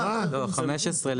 רגע, שנייה.